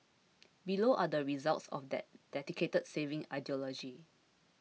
below are the results of that dedicated saving ideology